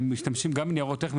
ומשתמשים גם ברשות ניירות ערך,